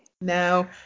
now